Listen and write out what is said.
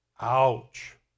Ouch